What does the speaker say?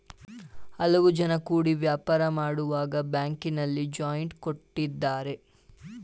ಹಲವು ಜನ ಕೂಡಿ ವ್ಯಾಪಾರ ಮಾಡುವಾಗ ಬ್ಯಾಂಕಿನಲ್ಲಿ ಜಾಯಿಂಟ್ ಕೊಟ್ಟಿದ್ದಾರೆ